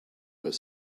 where